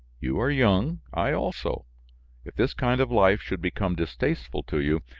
you are young, i also if this kind of life should become distasteful to you,